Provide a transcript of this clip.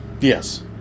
Yes